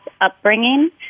upbringing